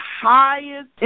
highest